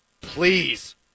Please